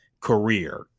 career